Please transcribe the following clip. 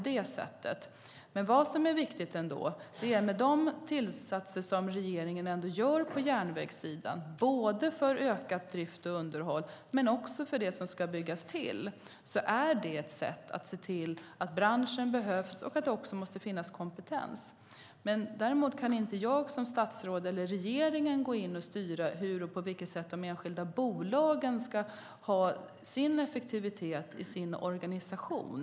Regeringens tillskott på järnvägssidan, både för drift och underhåll och för det som ska byggas till, är dock ett sätt att se till att branschen behövs och att det också måste finnas kompetens. Däremot kan inte jag eller regeringen gå in och styra hur och på vilket sätt de enskilda bolagen ska ha effektivitet i sin organisation.